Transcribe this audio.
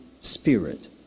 Spirit